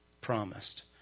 promised